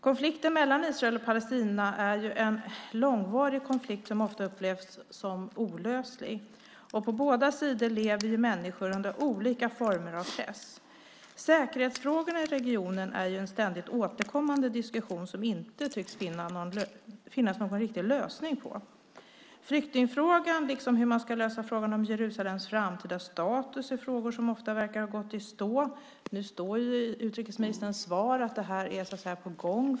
Konflikten mellan Israel och Palestina är en långvarig konflikt, som ofta upplevs som olöslig. På båda sidor lever människor under olika former av press. Säkerhetsfrågorna i regionen är en ständigt återkommande diskussion som det inte tycks finnas någon riktig lösning på. Flyktingfrågan liksom hur man ska lösa frågan om Jerusalems framtida status är frågor som ofta verkar ha gått i stå. Nu står det i utrikesministerns svar att det här är på gång.